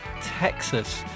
Texas